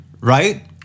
right